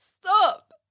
stop